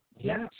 Yes